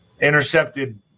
intercepted